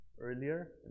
earlier